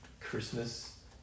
Christmas